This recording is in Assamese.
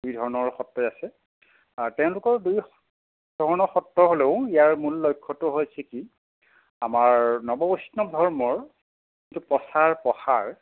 দুইধৰণৰ সত্ৰই আছে আৰু তেওঁলোকৰ দুইধৰণৰ সত্ৰ হ'লেও ইয়াৰ মূল লক্ষ্যটো হয় স্থিতি আমাৰ নৱবৈষ্ণৱ ধৰ্মৰ যিটো প্ৰচাৰ প্ৰসাৰ